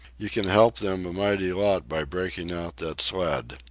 you can help them a mighty lot by breaking out that sled.